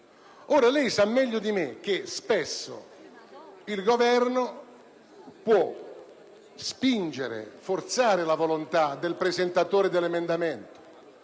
Lei sa meglio di me che spesso il Governo può spingere, forzare la volontà del presentatore dell'emendamento,